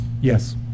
Yes